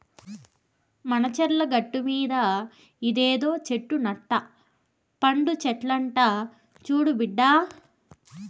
మన చర్ల గట్టుమీద ఇదేదో చెట్టు నట్ట పండు చెట్లంట చూడు బిడ్డా